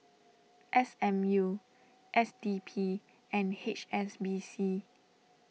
S M U S D P and H S B C